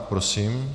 Prosím.